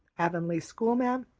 avonlea schoolma'am,